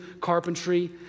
carpentry